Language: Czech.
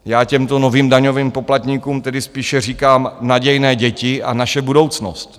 Já těmto novým daňovým poplatníkům tedy spíše říkám nadějné děti a naše budoucnost.